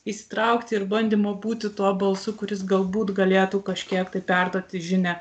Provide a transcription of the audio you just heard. įsitraukti ir bandymą būti tuo balsu kuris galbūt galėtų kažkiek tai perduoti žinią